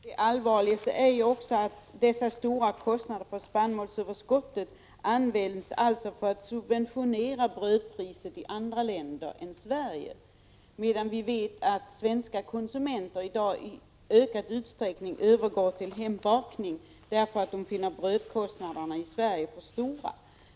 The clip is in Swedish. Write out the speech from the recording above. Herr talman! Det allvarligaste är att dessa stora kostnader för spannmålsöverskottet används för att subventionera brödpriset i andra länder än Sverige, medan vi vet att svenska konsumenter i dag i ökad utsträckning övergår till hembakning därför att de finner brödkostnaderna i Sverige för höga.